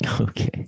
Okay